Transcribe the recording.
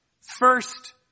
First